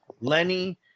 Lenny